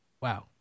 wow